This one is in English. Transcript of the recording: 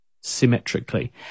symmetrically